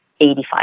85%